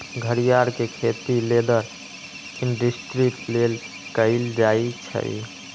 घरियार के खेती लेदर इंडस्ट्री लेल कएल जाइ छइ